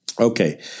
Okay